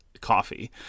coffee